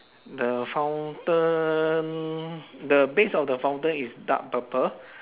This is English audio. the fountain the base of the fountain is dark purple